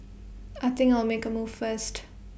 I think I'll make A move first